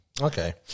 Okay